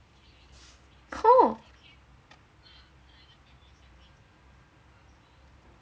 cool